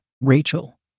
Rachel